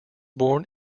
born